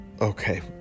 okay